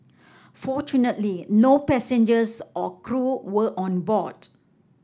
fortunately no passengers or crew were on board